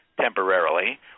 temporarily